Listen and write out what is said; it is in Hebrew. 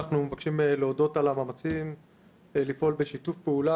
אנחנו מבקשים להודות על המאמצים לפעול בשיתוף פעולה,